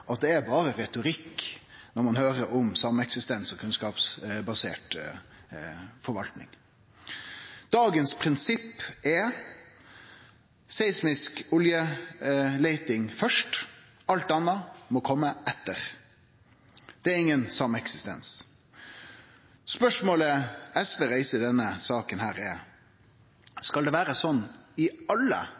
at det berre er retorikk når ein høyrer om sameksistens og kunnskapsbasert forvaltning. Dagens prinsipp er: seismisk oljeleiting først – alt anna må kome etter. Det er ingen sameksistens. Spørsmålet SV reiser i denne saka, er: Skal det vere slik i alle